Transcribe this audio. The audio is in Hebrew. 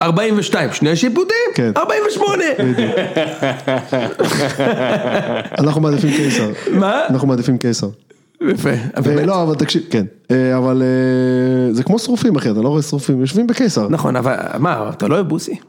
ארבעים ושתיים, שני שיפוטים? כן. ארבעים ושמונה? בדיוק. אנחנו מעדיפים קיסר. מה? אנחנו מעדיפים קיסר. יפה, אבל באמת? לא, אבל תקשיב, כן. אבל זה כמו שרופים אחי, אתה לא רואה שרופים, יושבים בקיסר. נכון, אבל מה, אתה לא אוהב בוסי.